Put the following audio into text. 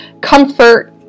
comfort